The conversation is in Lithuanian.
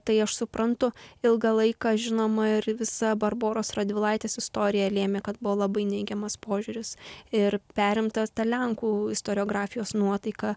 tai aš suprantu ilgą laiką žinoma ir visa barboros radvilaitės istorija lėmė kad buvo labai neigiamas požiūris ir perimta ta lenkų istoriografijos nuotaika